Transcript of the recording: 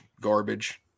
garbage